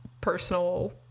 personal